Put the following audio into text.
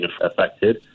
affected